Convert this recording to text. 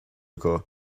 acu